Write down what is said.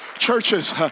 churches